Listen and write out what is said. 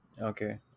Okay